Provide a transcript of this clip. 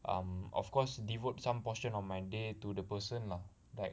um of course devote some portion of day to the person lah like